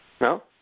No